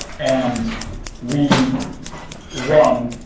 and we run